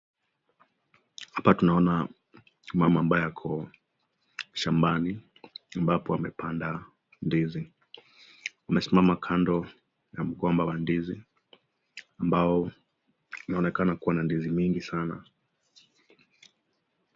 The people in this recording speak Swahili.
Hapa tunaona mama ambaye yuko shambani ambapo amepanda ndizi. Amesimama kando ya mgomba wa ndizi ambayo inaonekana kua na ndizi mingi sana.